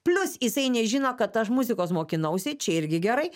plius jisai nežino kad aš muzikos mokinausi čia irgi gerai